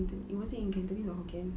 canto~ was it in cantonese or hokkien